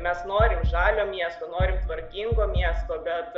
mes norim žalio miesto norim tvarkingo miesto bet